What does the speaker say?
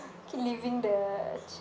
keep leaving the ch~